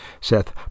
Seth